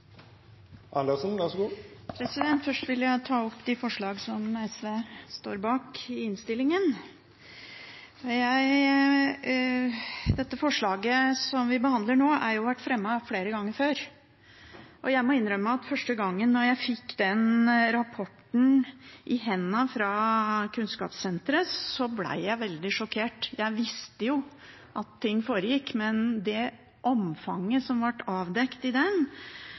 i innstillingen. Forslaget vi behandler nå, har vært fremmet flere ganger før. Jeg må innrømme at første gang jeg fikk rapporten fra Kunnskapssenteret i hendene, ble jeg veldig sjokkert. Jeg visste at ting foregikk, men det omfanget som ble avdekt i